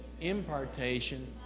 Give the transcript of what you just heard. impartation